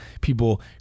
people